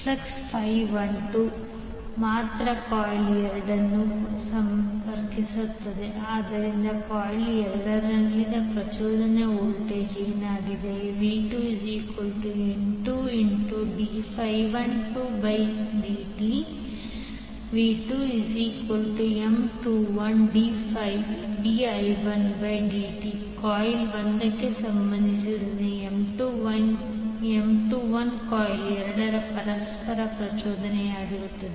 flux Φ 12 ಮಾತ್ರ coil 2 ಅನ್ನು ಸಂಪರ್ಕಿಸುತ್ತದೆ ಆದ್ದರಿಂದ ಕಾಯಿಲ್ 2 ನಲ್ಲಿ ಪ್ರಚೋದಿತ ವೋಲ್ಟೇಜ್ ಆಗಿದೆ v2N2d12dtN2d12di1di1dtM21di1dt ಕಾಯಿಲ್ 1 ಗೆ ಸಂಬಂಧಿಸಿದಂತೆ M21 ಕಾಯಿಲ್ 2 ರ ಪರಸ್ಪರ ಪ್ರಚೋದನೆಯಾಗಿರುತ್ತದೆ